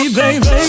baby